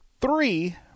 three